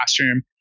classroom